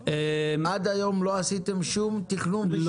עד היום לא עשיתם שום תכנון בשום כלי?